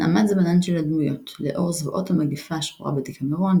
הנעמת זמנן של הדמויות – לאור זוועות המגפה השחורה בדקאמרון,